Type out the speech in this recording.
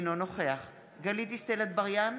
אינו נוכח גלית דיסטל אטבריאן,